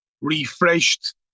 refreshed